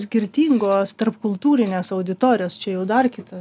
skirtingos tarpkultūrinės auditorijos čia jau dar kita